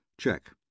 Check